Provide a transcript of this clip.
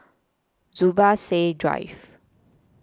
Zubir Said Drive